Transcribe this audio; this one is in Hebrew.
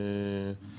בכל מדף.